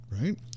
right